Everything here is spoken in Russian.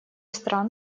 стран